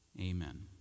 Amen